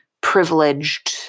privileged